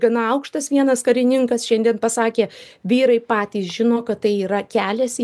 gana aukštas vienas karininkas šiandien pasakė vyrai patys žino kad tai yra kelias į